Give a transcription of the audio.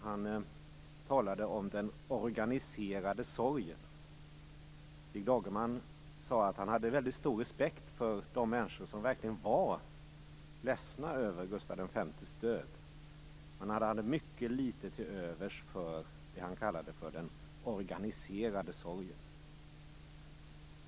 Han talade om den organiserade sorgen. Stig Dagerman sade att han hade väldigt stor respekt för de människor som verkligen var ledsna över Gustaf V:s död, men han hade mycket litet till övers för vad han kallade den organiserade sorgen.